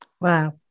Wow